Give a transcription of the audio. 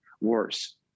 worse